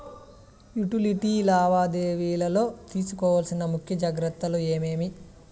Utility లావాదేవీల లో తీసుకోవాల్సిన ముఖ్య జాగ్రత్తలు ఏమేమి?